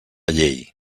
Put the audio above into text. llei